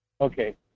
Okay